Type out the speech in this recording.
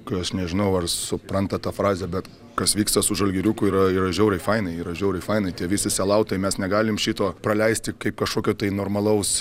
kai aš nežinau ar supranta tą frazę bet kas vyksta su žalgiriuku yra yra žiauriai fainai yra žiauriai fainai tie visi selautai mes negalim šito praleisti kaip kažkokio tai normalaus